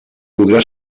podrà